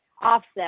offset